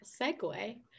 Segue